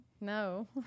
No